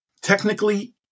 technically